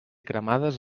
cremades